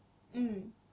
mm